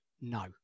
No